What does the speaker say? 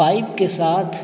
pipe کے ساتھ